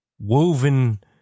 woven